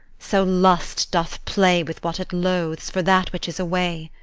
so lust doth play with what it loathes, for that which is away.